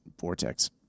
Vortex